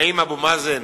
האם אבו מאזן